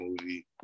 movie